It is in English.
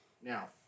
Now